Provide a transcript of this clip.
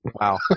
Wow